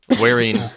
wearing